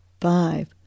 five